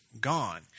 gone